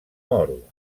moro